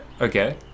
Okay